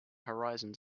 horizons